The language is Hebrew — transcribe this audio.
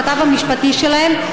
הכתב המשפטי שלהם,